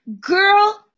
Girl